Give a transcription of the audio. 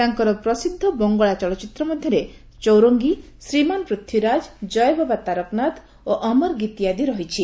ତାଙ୍କର ପ୍ରସିଦ୍ଧ ବଙ୍ଗଳା ଚଳଚ୍ଚିତ୍ର ମଧ୍ୟରେ ଚୌରଙ୍ଗୀ ଶ୍ରୀମାନ୍ ପୃଥ୍ୱୀରାଜ୍ ଜୟ ବାବା ତାରକାନାଥ ଓ ଅମରଗିତୀ ଆଦି ରହିଛି